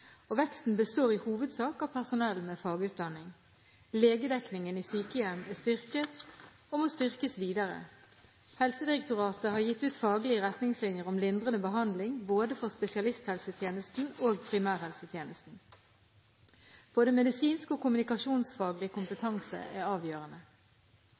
Veksten består i hovedsak av personell med fagutdanning. Legedekningen i sykehjem er styrket, og må styrkes videre. Helsedirektoratet har gitt ut faglige retningslinjer om lindrende behandling både for spesialisthelsetjenesten og primærhelsetjenesten. Både medisinsk og kommunikasjonsfaglig